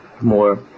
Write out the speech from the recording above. more